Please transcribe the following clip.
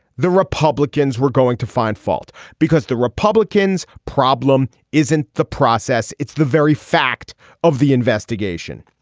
the republicans we're going to find fault because the republicans problem isn't the process. it's the very fact of the investigation.